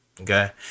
Okay